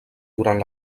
durant